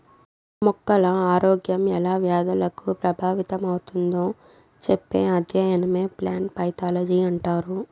మొక్కల ఆరోగ్యం ఎలా వ్యాధులకు ప్రభావితమవుతుందో చెప్పే అధ్యయనమే ప్లాంట్ పైతాలజీ అంటారు